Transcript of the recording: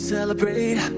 Celebrate